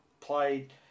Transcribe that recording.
played